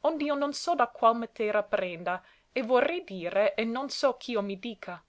ond'io non so da qual matera prenda e vorrei dire e non so ch'io mi dica